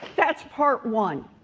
that's part one.